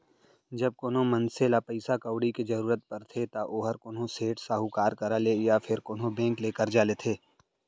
जब कोनो मनसे ल पइसा कउड़ी के जरूरत परथे त ओहर कोनो सेठ, साहूकार करा ले या फेर कोनो बेंक ले करजा लेथे